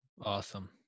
Awesome